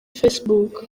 facebook